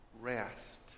Rest